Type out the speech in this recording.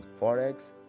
forex